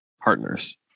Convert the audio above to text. partners